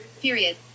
period